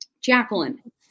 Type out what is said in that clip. Jacqueline